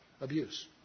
abuse